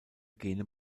gene